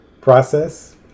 process